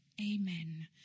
Amen